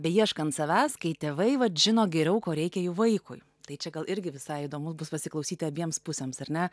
beieškant savęs kai tėvai vat žino geriau ko reikia jų vaikui tai čia gal irgi visai įdomu bus pasiklausyti abiems pusėms ar ne